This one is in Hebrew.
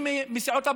לשבת.